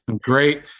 great